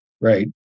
Right